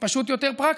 פשוט יותר פרקטי.